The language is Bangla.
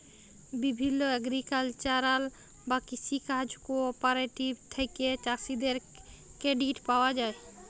বিভিল্য এগ্রিকালচারাল বা কৃষি কাজ কোঅপারেটিভ থেক্যে চাষীদের ক্রেডিট পায়া যায়